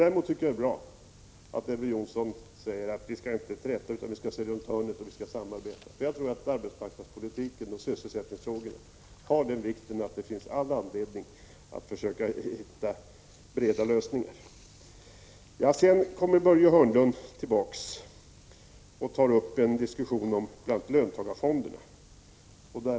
Däremot tycker jag att det är bra att Elver Jonsson säger att vi skall inte träta utan vi skall se runt hörnet och vi skall samarbeta. Jag tror att arbetsmarknadspolitiken och sysselsättningsfrågorna är så viktiga att det finns all anledning att försöka hitta breda lösningar. Börje Hörnlund kom tillbaka och tog bl.a. upp en diskussion om löntagarfonderna.